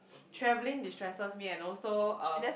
traveling destresses me and also um